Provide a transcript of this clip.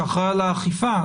שאחראי על האכיפה,